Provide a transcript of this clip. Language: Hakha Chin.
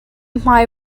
hmai